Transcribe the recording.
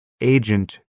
agent